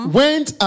went